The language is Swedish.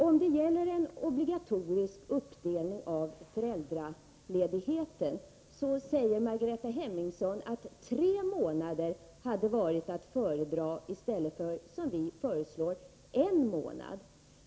Beträffande en obligatorisk uppdelning av föräldraledigheten säger Margareta Hemmingsson att tre månader hade varit att föredra i stället för en månad, som vi föreslår.